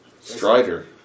Strider